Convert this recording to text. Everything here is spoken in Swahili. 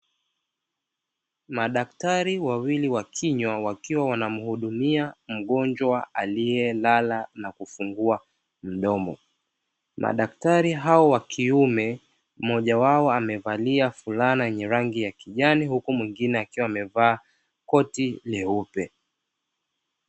Madaktari wawili wa kinywa wakiwa wanamhudumia mgonjwa aliyelala na kufungua mdomo. Madaktari hao wa kiume mmoja wao amevalia fulana yenye rangi ya kijani huku mwingine akiwa amevaa koti leupe.